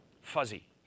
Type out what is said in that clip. fuzzy